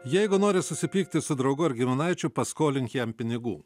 jeigu nori susipykti su draugu ar giminaičiu paskolink jam pinigų